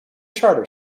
charter